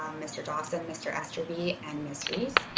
um mr. dawson, mr. aster be an miss reese.